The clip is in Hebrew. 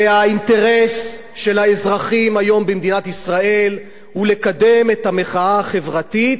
והאינטרס של האזרחים היום במדינת ישראל הוא לקדם את המחאה החברתית,